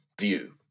view